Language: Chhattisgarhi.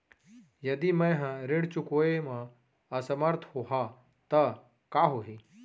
यदि मैं ह ऋण चुकोय म असमर्थ होहा त का होही?